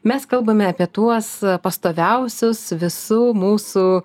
mes kalbame apie tuos pastoviausius visų mūsų